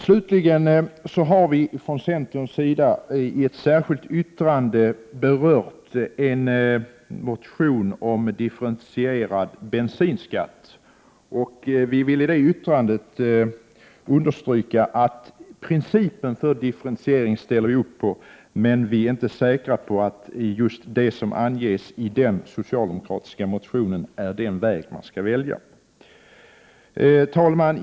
Slutligen har vi från centerns sida i ett särskilt yttrande berört en motion om differentierad bensinskatt. Vi vill i det yttrandet understryka att vi ställer upp på principen om differentiering, men vi är inte säkra på att just det som anges i den socialdemokratiska motionen är den väg som man skall välja. Herr talman!